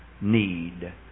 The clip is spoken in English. need